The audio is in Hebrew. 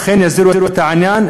אכן יסדירו את העניין,